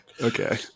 Okay